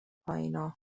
پایینها